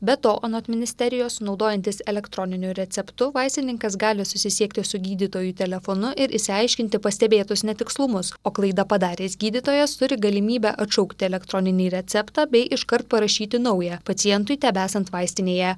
be to anot ministerijos naudojantis elektroniniu receptu vaistininkas gali susisiekti su gydytoju telefonu ir išsiaiškinti pastebėtus netikslumus o klaidą padaręs gydytojas turi galimybę atšaukti elektroninį receptą bei iškart parašyti naują pacientui tebesant vaistinėje